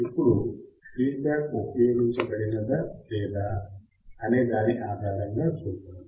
ఇప్పుడు ఫీడ్బ్యాక్ ఉపయోగించబదినడా లేదా అనే దాని ఆధారంగా చూద్దాం